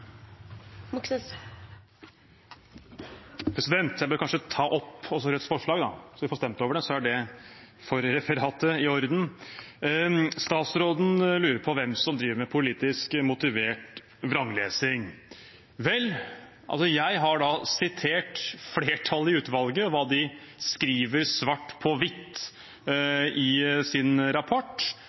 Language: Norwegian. Jeg bør kanskje ta opp Rødts forslag, så vi får stemt over det. Da er det i orden for referatet. Statsråden lurer på hvem som driver med politisk motivert vranglesing. Vel, jeg har sitert flertallet i utvalget, hva de skriver svart på hvitt i sin rapport,